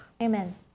Amen